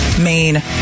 main